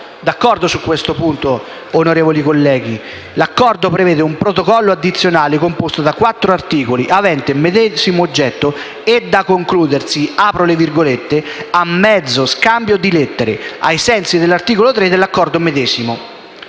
Concordiamo su questo punto, onorevoli colleghi? L'accordo prevede un Protocollo addizionale composto da quattro articoli, avente medesimo oggetto e da concludersi «a mezzo scambio di lettere», ai sensi dell'articolo 3 dell'Accordo medesimo,